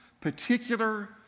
particular